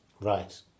Right